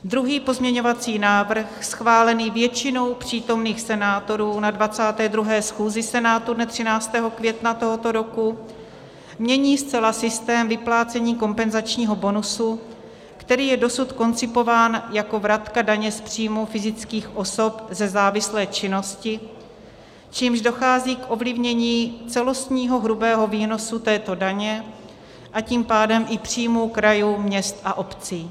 Druhý pozměňovací návrh, schválený většinou přítomných senátorů na 22. schůzi Senátu dne 13. května tohoto roku, mění zcela systém vyplácení kompenzačního bonusu, který je dosud koncipován jako vratka daně z příjmu fyzických osob ze závislé činnosti, čímž dochází k ovlivnění celostního hrubého výnosu této daně, a tím pádem i příjmu krajů, měst a obcí.